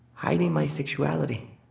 hiding my sexuality,